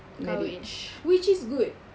kahwin which is good